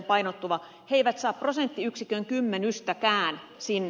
he eivät saa prosenttiyksikön kymmenystäkään sinne